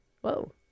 Whoa